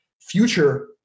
future